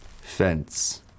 fence